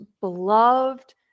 beloved